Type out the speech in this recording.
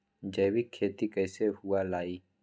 जैविक खेती कैसे हुआ लाई?